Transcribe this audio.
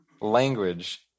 language